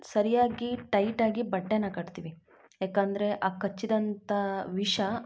ಸರಿಯಾಗಿ ಟೈಟಾಗಿ ಬಟ್ಟೆಯನ್ನು ಕಟ್ತೀವಿ ಯಾಕಂದರೆ ಆ ಕಚ್ಚಿದಂಥ ವಿಷ